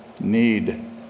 need